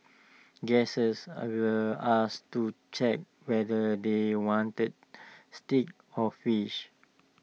guesses are were asked to check whether they wanted steak or fish